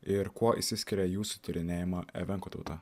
ir kuo išsiskiria jūsų tyrinėjama evenkų tauta